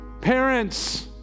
Parents